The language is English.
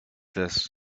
this